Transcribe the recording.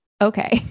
okay